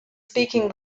speaking